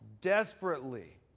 desperately